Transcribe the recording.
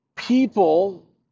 People